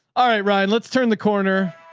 ah ryan, let's turn the corner.